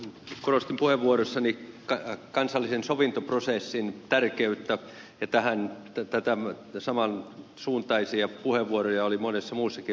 korostin puheenvuorossani kansallisen sovintoprosessin tärkeyttä ja samansuuntaisia puheenvuoroja oli monessa muussakin ryhmäpuheenvuorossa